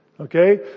Okay